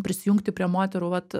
prisijungti prie moterų vat